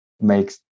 makes